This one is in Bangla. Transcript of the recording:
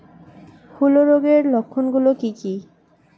হূলো রোগের লক্ষণ গুলো কি কি?